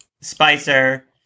Spicer